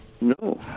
No